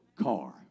car